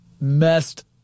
messed